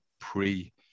pre